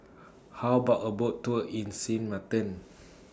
How about A Boat Tour in Sint Maarten